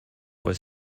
was